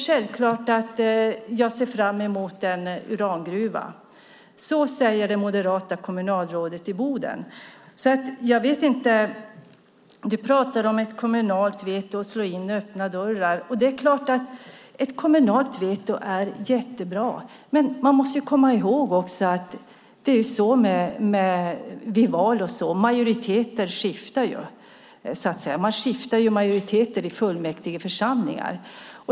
Självklart ser jag fram emot en urangruva. Så säger Bodens moderata kommunalråd. Carl B Hamilton pratar om ett kommunalt veto och om att slå in öppna dörrar. Ett kommunalt veto är jättebra, men man måste komma ihåg att majoriteter skiftar vid val. Man skiftar majoriteter i fullmäktigeförsamlingar.